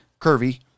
curvy